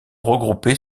regroupées